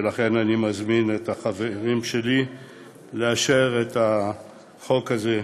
ולכן אני מזמין את החברים שלי לאשר את החוק הזה,